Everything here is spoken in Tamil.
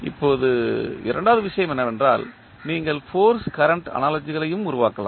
இப்போது இரண்டாவது விஷயம் என்னவென்றால் நீங்கள் ஃபோர்ஸ் கரண்ட் அனாலஜிகளையும் உருவாக்கலாம்